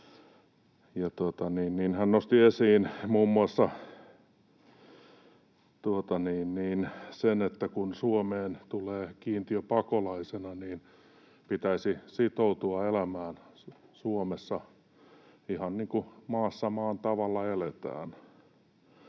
Hän nosti esiin muun muassa sen, että kun Suomeen tulee kiintiöpakolaisena, niin pitäisi sitoutua elämään Suomessa ihan niin kuin maassa maan tavalla eletään.